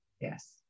Yes